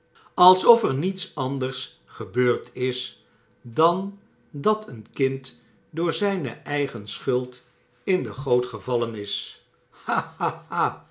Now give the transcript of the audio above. alsof er niets anders gebeurd is dan dat een kind door zijne eigen schuld in de goot gevallen is